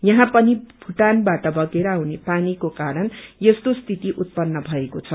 यहाँ पनि भूटानबाट बगेर आउने पानीको कारण यस्तो स्थिति उत्पन्न भएको छ